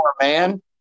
man